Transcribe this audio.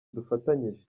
dufatanyije